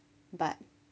but